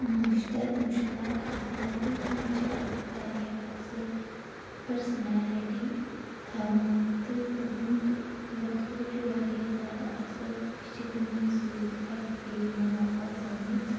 master Mushtaq Ahmad تہٕ تِم چھِ اکھ واریاہ اصل پرسنیلٹی تھاوان تہٕ تِہُنٛد ووٚتھ بو چھُ واریاہ زیادٕ اصل اَسہِ چھِ تِمن سۭتۍ اَکہِ پھِرِ مُلاقات سَپدمُت